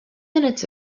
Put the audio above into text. minutes